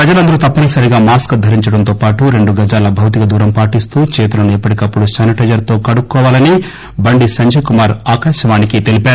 ప్రజలందరూ తప్పని సరిగా మాస్క్ ధరించడం తో పాటు రెండు గజాల భౌతిక దూరం పాటిస్తూ చేతులను ఎప్పటికప్పుడు శానిటైజర్ తో కడుక్కోవాలీ అని బండి సంజయ్ కుమార్ ఆకాశవాణికి తెలిపారు